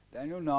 Daniel